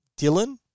Dylan